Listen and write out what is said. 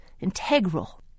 integral